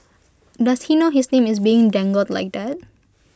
does he know his name is being dangled like that